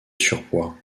surpoids